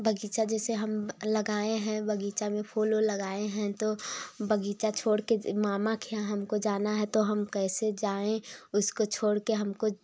बगीचा जैसे हम लगाए हैं बगीचा में फुल उल लगाए हैं तो बगीचा छोड़ के मामा के यहाँ हमको जाना है तो हम कैसे जाएँ उसको छोड़ कर हमको